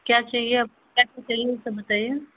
क्या चाहिए आपको क्या सब चाहिए बताइये